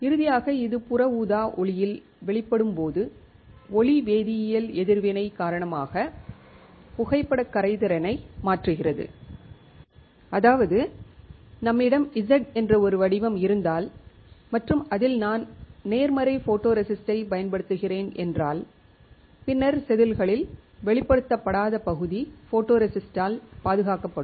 இறுதியாக இது புற ஊதா ஒளியில் வெளிப்படும் போது ஒளி வேதியியல் எதிர்வினை காரணமாக புகைப்படக் கரைதிறனை மாற்றுகிறது அதாவது நம்மிடம் Z என்ற ஒரு வடிவம் இருந்தால் மற்றும் அதில் நான் நேர்மறை போட்டோரெசிஸ்ட்டைப் பயன்படுத்துகிறேன் என்றால் பின்னர் செதில்களில் வெளிப்படுத்தப்படாத பகுதி ஃபோட்டோரெசிஸ்ட்டால் பாதுகாக்கப்படும்